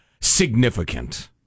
significant